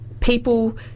people